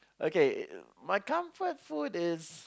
okay my comfort food is